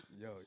Yo